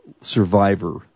survivor